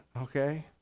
Okay